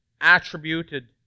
attributed